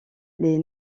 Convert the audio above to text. les